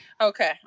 Okay